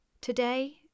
Today